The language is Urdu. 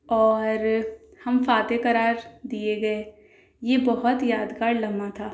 اور ہم فاتح قرار دیے گئے یہ بہت یادگار لمحہ تھا